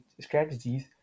strategies